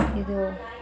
ಇದು